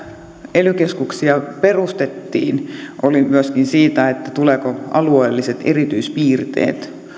ely keskuksia perustettiin oli myöskin siitä tulevatko alueelliset erityispiirteet